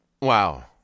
Wow